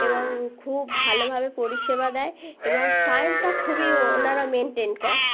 এবং খুব ভালোভাবে পরিষেবা দেয় এবং টাইমটা খুবই ওনারা মেনটেন করে